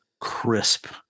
crisp